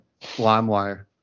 LimeWire